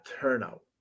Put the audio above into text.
turnout